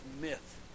myth